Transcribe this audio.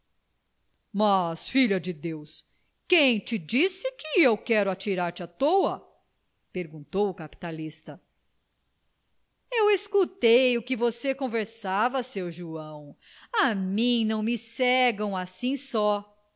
mas filha de deus quem te disse que eu quero atirar te à toa perguntou o capitalista eu escutei o que você conversava seu joão a mim não me cegam assim só